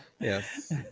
Yes